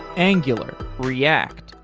angular, react,